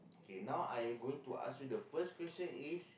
okay now I going to ask you the first question is